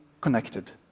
connected